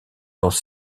dans